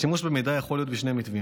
השימוש במידע יכול להיות בשני מתווים,